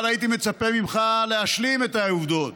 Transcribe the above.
אבל הייתי מצפה ממך להשלים את העובדות